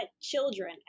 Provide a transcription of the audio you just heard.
children